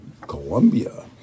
Colombia